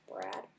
Brad